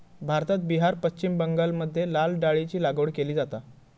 भारतात बिहार, पश्चिम बंगालमध्ये लाल डाळीची लागवड केली जाता